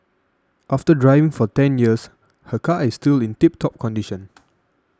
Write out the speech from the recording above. after driving for ten years her car is still in tip top condition